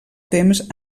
temps